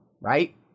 right